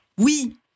oui